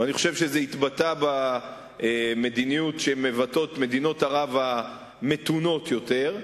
ואני חושב שזה התבטא במדיניות שמבטאות מדינות ערב המתונות יותר,